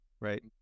right